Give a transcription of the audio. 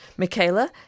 Michaela